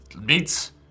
Meats